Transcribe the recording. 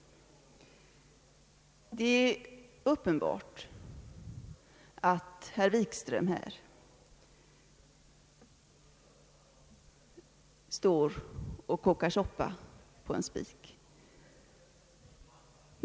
Det är uppenbart att herr Wikström står och kokar soppa på en spik.